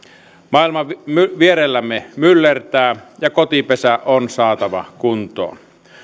maailma vierellämme myllertää ja kotipesä on saatava kuntoon